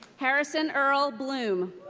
harrison earl bloom.